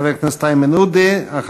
חבר הכנסת איימן עודה.